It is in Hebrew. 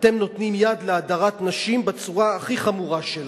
אתם נותנים יד להדרת נשים בצורה הכי חמורה שלה.